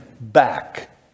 back